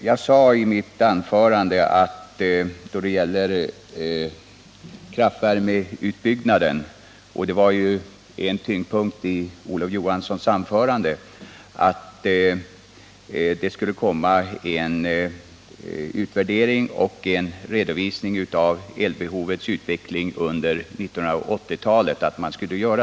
Jag sade i mitt anförande att det då det gäller kraftvärmeutbyggnaden — det var ju en tyngdpunkt i Olof Johanssons anförande — skulle komma en utvärdering och en redovisning av elbehovets utveckling under 1980-talet.